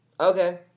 Okay